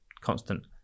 constant